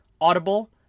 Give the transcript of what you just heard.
Audible